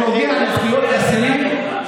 שנוגע לזכויות אסירים,